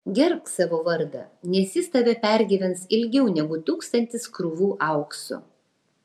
gerbk savo vardą nes jis tave pergyvens ilgiau negu tūkstantis krūvų aukso